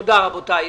הישיבה נעולה.